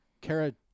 Kara